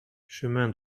chemin